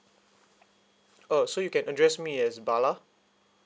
oh so you can address me as bala